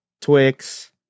Twix